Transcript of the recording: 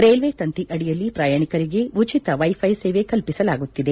railway ತಂತಿ ಅಡಿಯಲ್ಲಿ ಪ್ರಯಾಣಿಕರಿಗೆ ಉಚಿತ ವೈಫೈ ಸೇವೆ ಕಲ್ಪಿಸಲಾಗುತ್ತಿದೆ